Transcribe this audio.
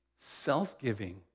self-giving